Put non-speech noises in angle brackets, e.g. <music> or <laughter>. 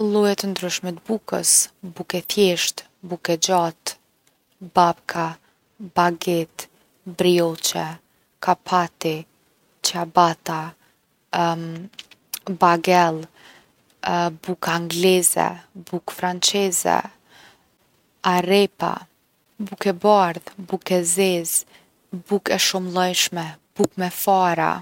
Lloje t’ndryshme t’bukës, bukë e thjeshtë, bukë e gjate, babka, bageti, brioqe, kapati, çiabata <hesitation> bagell, bukë angleze, bukë franqeze, arrepa, bukë e bardhë, bukë e zezë, bukë e shumëllojshme, bukë me fara.